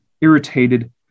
irritated